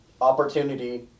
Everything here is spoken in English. opportunity